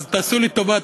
אז תעשו לי טובה,